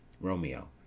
ROMEO